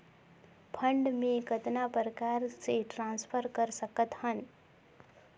Fund मे कतना प्रकार से ट्रांसफर कर सकत हन?